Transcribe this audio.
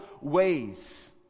ways